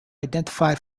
identify